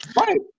Right